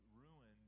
ruined